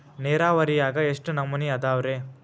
ನೇರಾವರಿಯಾಗ ಎಷ್ಟ ನಮೂನಿ ಅದಾವ್ರೇ?